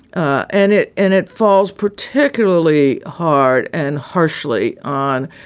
ah and it and it falls particularly hard and harshly on